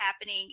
happening